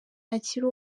akiri